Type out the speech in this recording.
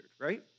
right